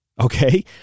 Okay